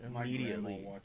immediately